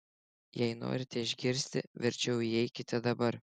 jei norite išgirsti verčiau įeikite dabar